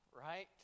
right